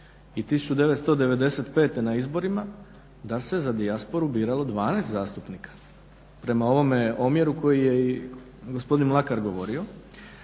i 1995. na izborima da se za dijasporu biralo 12 zastupnika prema ovome omjeru koji je i gospodin Mlakar govorio.